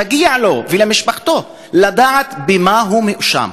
מגיע לו ולמשפחתו לדעת במה הוא מואשם